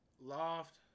Loft